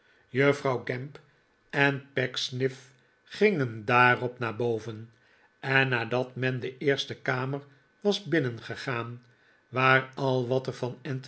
juffrouw gamp en pecksniff gingen daarop naar boven en nadat men de eerste kamer was binnengegaan waar al wat er van